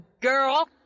girl